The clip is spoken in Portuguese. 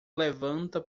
levanta